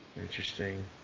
Interesting